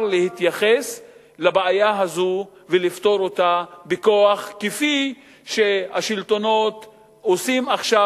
להתייחס לבעיה הזאת ולפתור אותה בכוח כפי שעושים השלטונות עכשיו